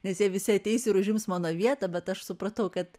nes jie visi ateis ir užims mano vietą bet aš supratau kad